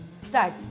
Start